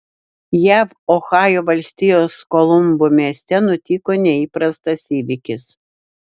jav ohajo valstijos kolumbo mieste nutiko neįprastas įvykis